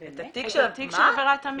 את התיק של עבירת המין.